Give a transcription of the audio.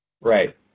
Right